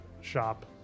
shop